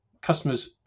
customer's